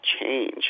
change